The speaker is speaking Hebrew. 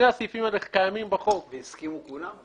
והסכימו כולם?